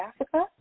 Africa